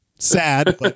Sad